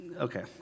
Okay